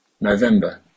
November